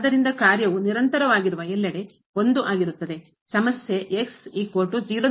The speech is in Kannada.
ಆದ್ದರಿಂದ ಕಾರ್ಯವು ನಿರಂತರವಾಗಿರುವ ಎಲ್ಲೆಡೆ ಆಗಿರುತ್ತದೆ ಸಮಸ್ಯೆ